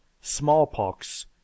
smallpox